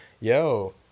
yo